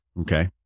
Okay